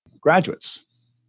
graduates